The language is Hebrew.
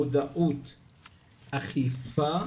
מודעות,